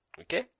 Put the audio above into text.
Okay